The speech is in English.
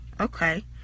okay